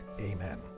amen